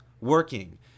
working